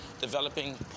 developing